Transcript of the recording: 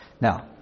Now